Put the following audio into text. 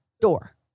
Door